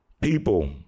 People